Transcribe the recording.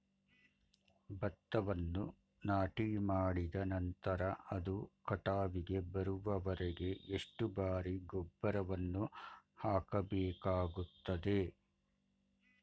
ಭತ್ತವನ್ನು ನಾಟಿಮಾಡಿದ ನಂತರ ಅದು ಕಟಾವಿಗೆ ಬರುವವರೆಗೆ ಎಷ್ಟು ಬಾರಿ ಗೊಬ್ಬರವನ್ನು ಹಾಕಬೇಕಾಗುತ್ತದೆ?